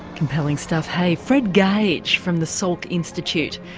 compelling stuff, hey. fred gage, from the salk institute,